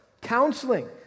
counseling